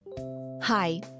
Hi